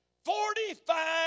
Forty-five